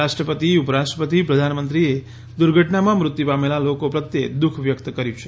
રાષ્ટ્ર તિ ઉ રાષ્ટ્ર તિ પ્રધાનમંત્રીએ દુર્ધટનામાં મૃત્યુ મેલા લાકા પ્રત્યે દુઃખ વ્યકત કર્યું છે